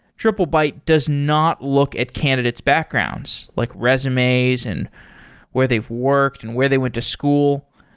triplebyte does not look at candidate's backgrounds, like resumes and where they've worked and where they went to school.